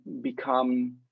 become